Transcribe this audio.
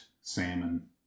salmon